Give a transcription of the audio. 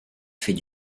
fait